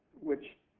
which